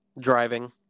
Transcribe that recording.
driving